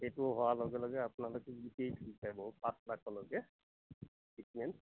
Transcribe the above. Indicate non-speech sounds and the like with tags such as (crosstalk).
সেইটো হোৱাৰ লগে লগে আপোনালোকে (unintelligible) পাঁচ লাখলৈকে ট্ৰিটমেণ্ট